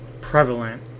prevalent